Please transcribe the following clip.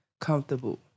comfortable